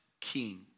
king